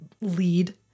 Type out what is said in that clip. lead